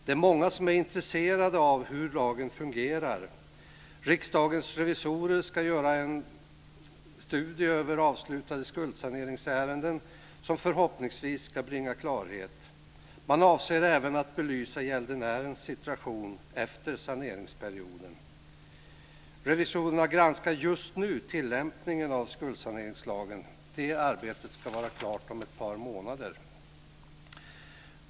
Det är många som är intresserade av hur lagen fungerar. Riksdagens revisorer ska göra en studie över avslutade skuldsaneringsärenden som förhoppningsvis ska bringa klarhet. Man avser även att belysa gäldenärens situation efter saneringsperioden. Revisorerna granskar just nu tillämpningen av skuldsaneringslagen. Det arbetet ska vara klart om ett par månader.